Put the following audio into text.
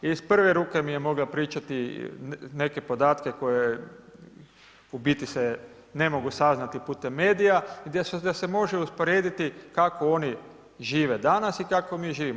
Iz prve ruke mi je mogla pričati neke podatke koje u biti se ne mogu saznati putem medija, da se može usporediti kako oni žive danas i kako mi živimo.